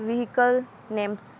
vehicle names